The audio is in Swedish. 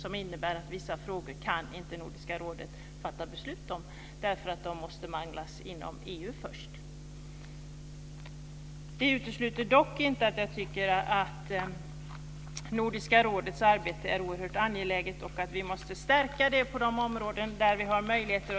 Det innebär att Nordiska rådet inte kan fatta beslut om vissa frågor, eftersom de måste manglas inom EU Det utesluter dock inte att jag tycker att Nordiska rådets arbete är oerhört angeläget och att vi måste stärka det på de områden där vi har möjligheter.